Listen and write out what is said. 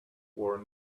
wore